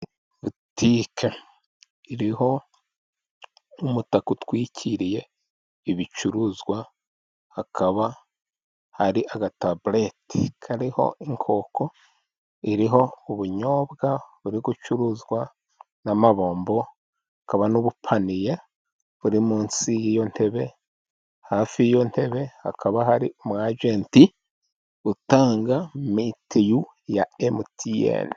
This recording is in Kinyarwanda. Butike iriho umutaka utwikiriye ibicuruzwa, hakaba hari agatabuleti kariho inkoko iriho ubunyobwa buri gucuruzwa n'amabombo, hakaba n'ubupaniye buri munsi y'iyo ntebe hafi y'iyo ntebe, hakaba hari umu ajenti utanga mitiyu ya Emutiyene.